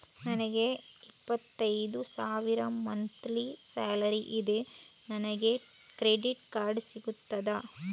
ನನಗೆ ಇಪ್ಪತ್ತೈದು ಸಾವಿರ ಮಂತ್ಲಿ ಸಾಲರಿ ಇದೆ, ನನಗೆ ಕ್ರೆಡಿಟ್ ಕಾರ್ಡ್ ಸಿಗುತ್ತದಾ?